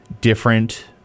different